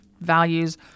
values